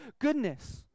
goodness